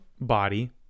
body